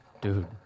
dude